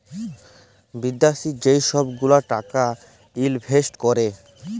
বিদ্যাশি যে ছব গুলা টাকা ইলভেস্ট ক্যরে